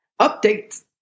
update